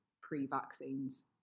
pre-vaccines